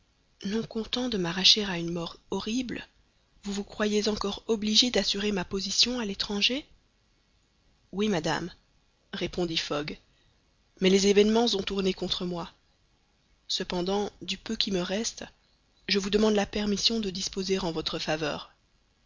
non content de m'arracher à une mort horrible vous vous croyiez encore obligé d'assurer ma position à l'étranger oui madame répondit fogg mais les événements ont tourné contre moi cependant du peu qui me reste je vous demande la permission de disposer en votre faveur